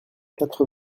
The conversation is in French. quatre